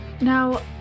Now